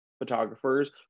photographers